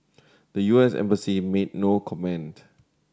the U S embassy made no comment